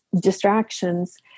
distractions